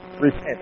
repent